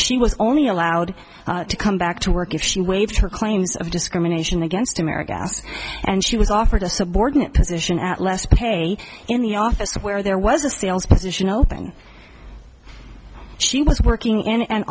she was only allowed to come back to work if she waived her claims of discrimination against america and she was offered a subordinate position at less pay in the office where there was a sales position oh thing she was working in an